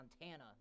Montana